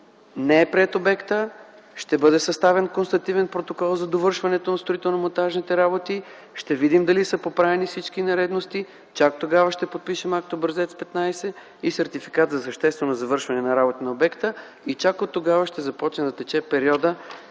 не е приет, ще бъде съставен констативен протокол за довършването на строително-монтажните работи, ще видим дали са поправени всички нередности, чак тогава ще подпишем Акт образец 15 и Сертификат за съществено завършване на работите на обекта, и оттогава ще започне да тече периодът